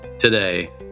today